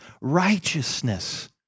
righteousness